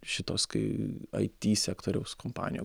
šitos kai it sektoriaus kompanijų